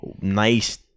nice